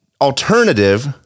alternative